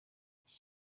iki